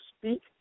speak